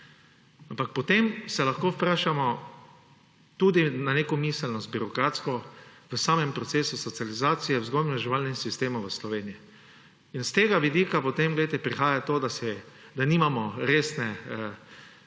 potem se lahko vprašamo tudi o neki miselnosti birokratski v samem procesu socializacije v vzgojno-izobraževalnem sistemu v Sloveniji. S tega vidika potem prihaja to, da nimamo ali